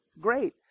great